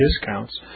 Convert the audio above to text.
discounts